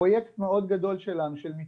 פרויקט מאוד גדול שלנו של מתנדבים,